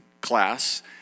class